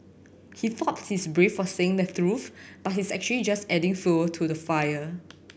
he thought he's brave for saying the truth but he's actually just adding fuel to the fire